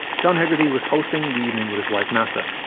john hegarty was hosting the evening with his wife neasa,